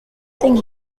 thing